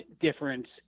difference